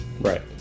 Right